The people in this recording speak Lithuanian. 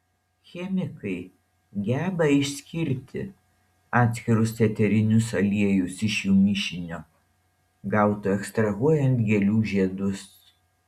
chemikai geba išskirti atskirus eterinius aliejus iš jų mišinio gauto ekstrahuojant gėlių žiedus